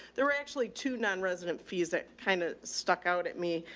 there were actually two non resident fees that kind of stuck out at me.